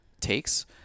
takes